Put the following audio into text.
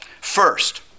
First